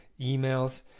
emails